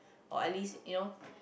or at least you know